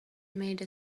made